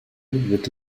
with